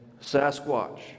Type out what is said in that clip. Sasquatch